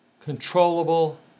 controllable